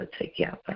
together